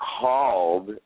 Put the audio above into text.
called